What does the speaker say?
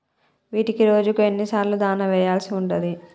వీటికి రోజుకు ఎన్ని సార్లు దాణా వెయ్యాల్సి ఉంటది?